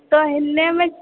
तऽ एनयमे